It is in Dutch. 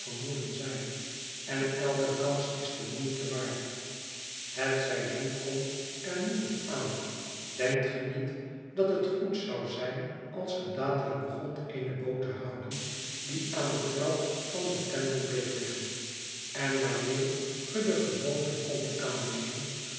vermoeden zijn en elke kans is de moeite waard het seizoen komt er niet op aan denkt ge niet dat het goed zou zijn als ge dadelijk begont eene boot te houden die aan de trap van den temple bleef liggen en waarmee ge de gewoonte kondt aannemen